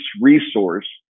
resource